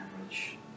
average